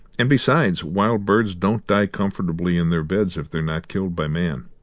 and besides, wild birds don't die comfortably in their beds if they're not killed by man.